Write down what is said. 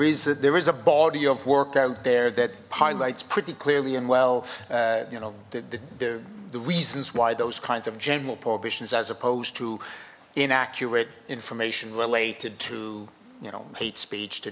is there is a body of work out there that highlights pretty clearly and wealth you know the reasons why those kinds of general prohibitions as opposed to inaccurate information related to you know hate speech to